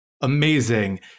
Amazing